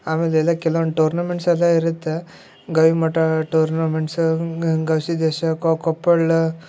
ಆಮೇಲೆ ಎಲ್ಲ ಕೆಲವೊಂದು ಟೂರ್ನಮೆಂಟ್ಸೆಲ್ಲಾ ಇರತ್ತೆ ಗವಿಮಠ ಟೂರ್ನಮೆಂಟ್ಸ ಗವಿಸಿದ್ಧೇಶ ಕೊಪ್ಪಳ